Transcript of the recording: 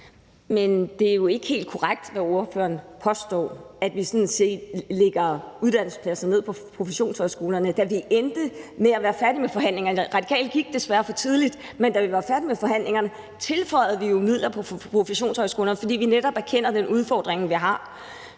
Men det er jo ikke helt korrekt, hvad spørgeren påstår, nemlig at vi sådan set nedlægger uddannelsespladser på professionshøjskolerne. Da vi var færdige med forhandlingerne – Radikale gik desværre fra dem for tidligt – tilføjede vi jo midler til professionshøjskolerne, fordi vi netop erkendte den udfordring, vi har.